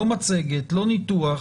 לא מצגת לא ניתוח,